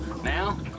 Now